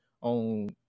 on